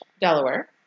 Delaware